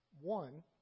one